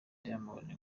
diamond